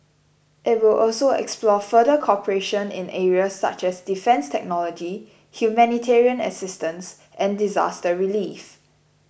it will also explore further cooperation in areas such as defence technology humanitarian assistance and disaster relief